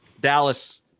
Dallas